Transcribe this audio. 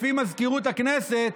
לפי מזכירות הכנסת,